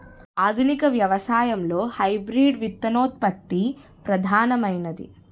ఆధునిక వ్యవసాయంలో హైబ్రిడ్ విత్తనోత్పత్తి ప్రధానమైనది